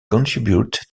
contribute